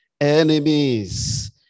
enemies